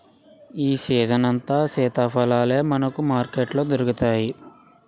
ఈ సీజనంతా సీతాఫలాలే మనకు మార్కెట్లో దొరుకుతాయి